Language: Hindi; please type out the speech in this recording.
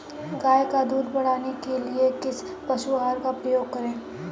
गाय का दूध बढ़ाने के लिए किस पशु आहार का उपयोग करें?